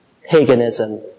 paganism